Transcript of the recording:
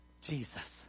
Jesus